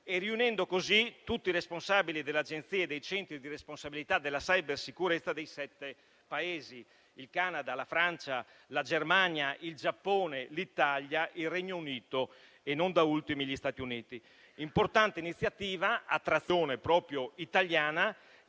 riunendo così tutti i responsabili delle agenzie e dei centri di responsabilità della cybersicurezza dei sette Paesi: il Canada, la Francia, la Germania, il Giappone, l'Italia, il Regno Unito e, non da ultimi, gli Stati Uniti. Importante iniziativa a trazione proprio italiana,